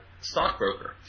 Stockbroker